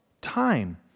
time